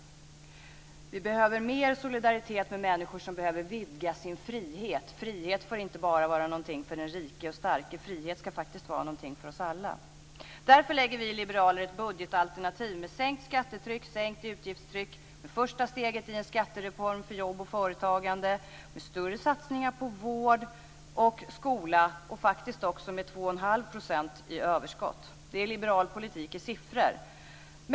Vi behöver mer solidaritet med människor som behöver vidga sin frihet. Frihet får inte vara något bara för den rike och starke, utan frihet ska faktiskt vara något för oss alla. Därför lägger vi liberaler fram ett budgetalternativ med sänkt skattetryck, med sänkt utgiftstryck, med första steget i en skattereform för jobb och företagande, med större satsningar på vård och skola och faktiskt också med 2 1⁄2 % i överskott. Detta är liberal politik i siffror.